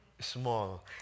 Small